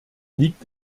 liegt